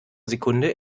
sekunde